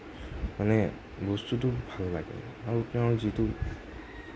মানে বস্তুটো ভাল লাগে আৰু তেওঁ যিটো